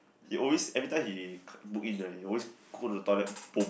he always everytime he k~ book in right he always go to the toilet